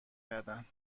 کردند